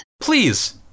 Please